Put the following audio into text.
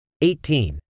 eighteen